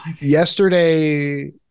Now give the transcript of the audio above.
yesterday